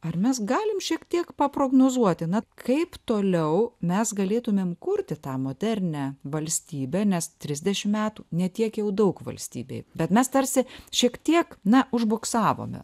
ar mes galim šiek tiek paprognozuoti na kaip toliau mes galėtumėm kurti tą modernią valstybę nes trisdešimt metų ne tiek jau daug valstybei bet mes tarsi šiek tiek na užbuksavome